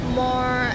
more